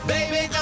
Baby